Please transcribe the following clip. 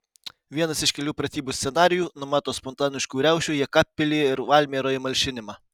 vienas iš kelių pratybų scenarijų numato spontaniškų riaušių jekabpilyje ir valmieroje malšinimą